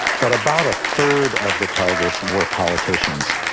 but about a third of the targets were politicians,